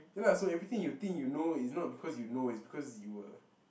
ya lah so everything you think you know is not because you know is because you were